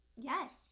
Yes